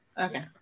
Okay